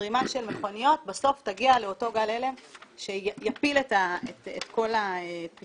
וזרימה של מכוניות בסוף תגיע לאותו גל הלם שיפיל את כל הפתרונות.